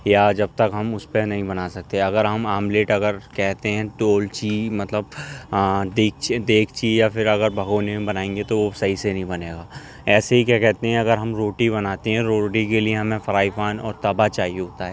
یا جب تک ہم اس پہ نہیں بنا سکتے اگر ہم آملیٹ اگر کہتے ہیں تو لچی مطلب ڈیگچی ڈیگچی یا پھر اگر بھگونے میں بنائیں گے تو وہ صحیح سے نہیں بنے گا ایسے ہی کیا کہتے ہیں اگر ہم روٹی بناتے ہیں روٹی کے لیے ہمیں فرائی پین اور تووا چاہیے ہوتا ہے